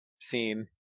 scene